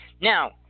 Now